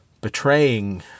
betraying